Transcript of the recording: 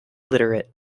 literate